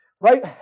right